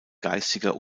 geistiger